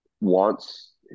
wants